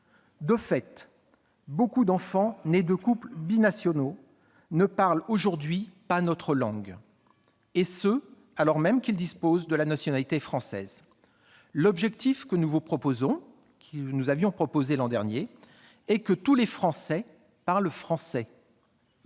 De fait, de nombreux enfants nés de couples binationaux ne parlent aujourd'hui pas notre langue, et ce alors même qu'ils disposent de la nationalité française. L'objectif que nous proposons, comme nous l'avions fait l'an dernier, est que tous les Français parlent français.